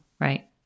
right